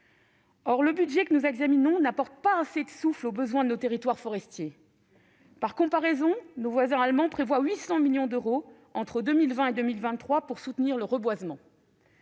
Or le budget que nous examinons n'apporte pas assez de souffle face aux besoins de nos territoires forestiers. Par comparaison, nos voisins allemands prévoient 800 millions d'euros entre 2020 et 2023 pour soutenir le reboisement.